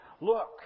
Look